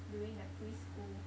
doing the pre school